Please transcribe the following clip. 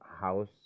house